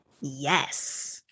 Yes